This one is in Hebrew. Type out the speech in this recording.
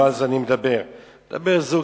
אני מדבר על זוג